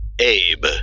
Abe